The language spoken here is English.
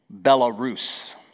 Belarus